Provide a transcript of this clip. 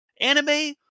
Anime